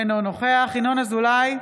אינו נוכח ינון אזולאי,